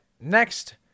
Next